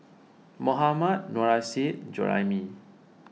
Mohammad Nurrasyid Juraimi